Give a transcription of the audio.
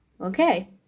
okay